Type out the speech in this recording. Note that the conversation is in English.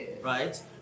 right